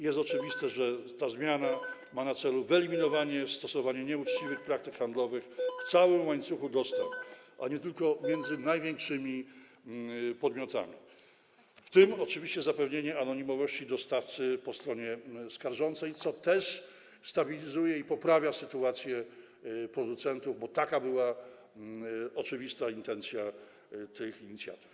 Jest oczywiste, że ta zmiana ma na celu wyeliminowanie stosowania nieuczciwych praktyk handlowych w całym łańcuchu dostaw, a nie tylko w relacjach między największymi podmiotami, w tym oczywiście zapewnienie anonimowości dostawcy jako stronie skarżącej, co też stabilizuje i poprawia sytuację producentów, bo taka była oczywista intencja tych inicjatyw.